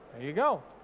you go.